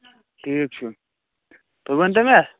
ٹھیٖک چھُ تُہۍ ؤنۍتو مےٚ